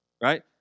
right